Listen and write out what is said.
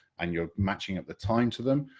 and you're matching up the time to them.